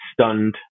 stunned